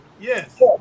Yes